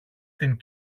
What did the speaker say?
την